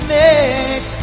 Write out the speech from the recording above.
make